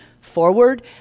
forward